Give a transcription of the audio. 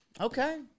okay